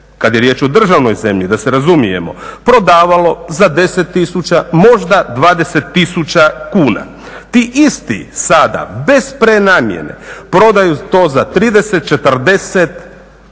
kad je riječ o državnoj zemlji da se razumijemo, prodavalo za 10 tisuća možda 20 tisuća kuna. Ti isti sada bez prenamjene prodaju to za 30, 40